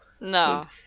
No